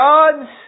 God's